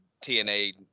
TNA